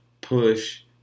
push